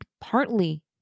partly